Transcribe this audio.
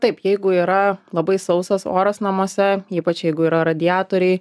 taip jeigu yra labai sausas oras namuose ypač jeigu yra radiatoriai